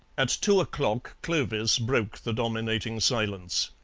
at two o'clock clovis broke the dominating silence.